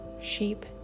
sheep